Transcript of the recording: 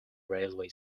railway